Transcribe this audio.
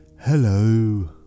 Hello